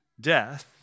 death